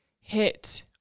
hit